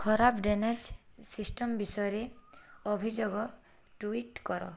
ଖରାପ drainage system ବିଷୟରେ ଅଭିଯୋଗ ଟୁଇଟ୍ କର